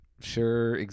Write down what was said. sure